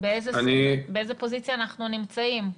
באיזו פוזיציה אנחנו נמצאים.